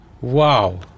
Wow